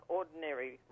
ordinary